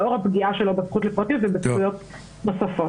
לאור הפגיעה שלו בזכות לפרטיות ובזכויות נוספות.